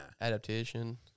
Adaptation